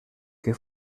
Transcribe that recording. que